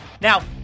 Now